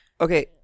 Okay